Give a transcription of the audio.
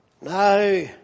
Now